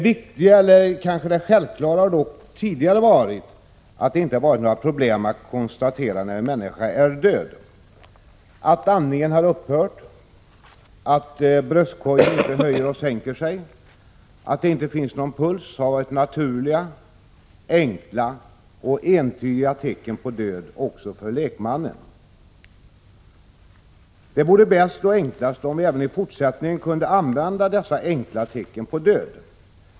Tidigare har det dock inte förelegat några problem att konstatera när en människa är död. Att andningen har upphört, att bröstkorgen inte höjer och sänker sig, att det inte finns någon puls har varit naturliga, enkla och entydiga tecken på död också för lekmannen. Det vore bäst och enklast om vi även i fortsättningen kunde använda dessa enkla tecken på död.